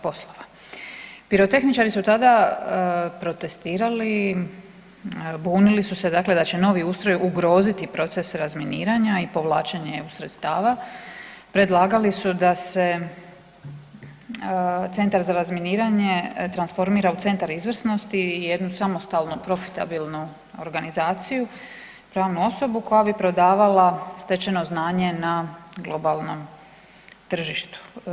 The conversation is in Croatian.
Pirotehničari su tada protestirali, bunili su se dakle da će novi ustroj ugroziti proces razminiranja i povlačenje eu sredstava, predlagali su da se Centar za razminiranje transformira u centar izvrsnosti i u jednu samostalnu profitabilnu organizaciju, pravnu osobu koja bi prodavala stečeno znanje na globalnom tržištu.